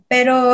Pero